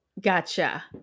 Gotcha